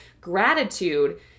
gratitude